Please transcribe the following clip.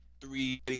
three